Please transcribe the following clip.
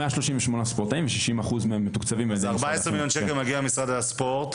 14 מיליון שקל מגיע ממשרד הספורט.